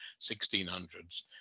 1600s